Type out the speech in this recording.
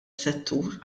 settur